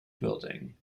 building